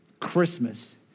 Christmas